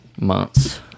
months